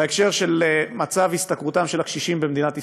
היא מצב השתכרותם של הקשישים במדינת ישראל.